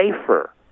safer